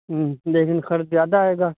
ہوں لیکن خرچ زیادہ آئے گا